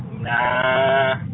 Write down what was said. Nah